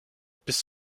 bis